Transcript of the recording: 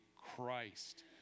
christ